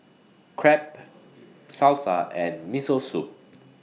Crepe Salsa and Miso Soup